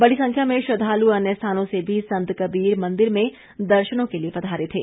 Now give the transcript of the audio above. बड़ी संख्या में श्रद्वालु अन्य स्थानों से भी संत कबीर मंदिर में दर्शनों के लिए पधारे थे